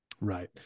Right